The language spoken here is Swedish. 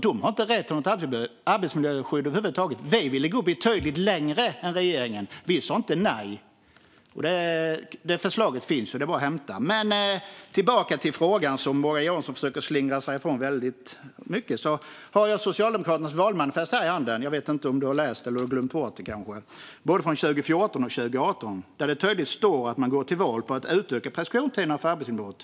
De har inte rätt till något arbetsmiljöskydd över huvud taget. Vi ville gå betydligt längre än regeringen. Vi sa inte nej. Det förslaget finns, och det är bara att hämta. Jag går tillbaka till frågan som Morgan Johansson försökte att slingra sig ifrån väldigt mycket. Jag har Socialdemokraternas valmanifest här i handen, både från 2014 och 2018. Jag vet inte om du har läst dem eller kanske glömt bort dem. Där står det tydligt att man går till val på att utöka preskriptionstiderna för arbetsmiljöbrott.